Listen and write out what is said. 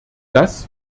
das